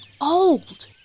old